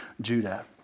Judah